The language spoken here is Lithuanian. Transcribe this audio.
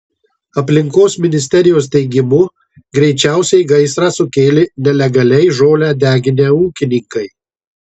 aplinkos ministerijos teigimu greičiausiai gaisrą sukėlė nelegaliai žolę deginę ūkininkai